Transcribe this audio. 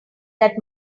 that